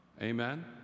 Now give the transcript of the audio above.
Amen